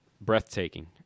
breathtaking